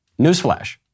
Newsflash